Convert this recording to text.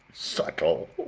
subtle,